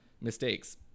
mistakes